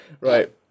right